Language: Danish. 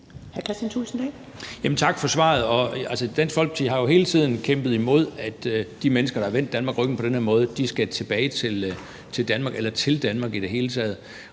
Tak for svaret. Dansk Folkeparti har jo hele tiden kæmpet imod, at de mennesker, der har vendt Danmark ryggen på den her måde, skal tilbage til Danmark – eller til